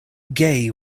gay